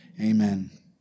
Amen